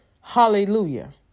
Hallelujah